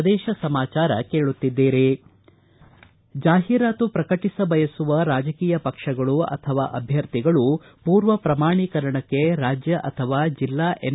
ಪ್ರದೇಶ ಸಮಾಚಾರ ಕೇಳುತ್ತಿದ್ದೀರಿ ಜಾಹೀರಾತು ಪ್ರಕಟಿಸಬಯಸುವ ರಾಜಕೀಯ ಪಕ್ಷಗಳು ಅಥವಾ ಅಭ್ಯರ್ಥಿಗಳು ಮೂರ್ವ ಪ್ರಮಾಣೀಕರಣಕ್ಕೆ ರಾಜ್ಯ ಅಥವಾ ಜಿಲ್ಲಾ ಎಂ